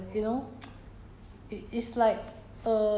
I think err ya lah so many thing change